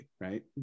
right